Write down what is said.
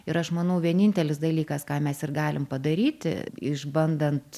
ir aš manau vienintelis dalykas ką mes ir galim padaryti išbandant